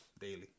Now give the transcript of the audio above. daily